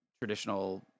traditional